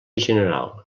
general